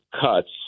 cuts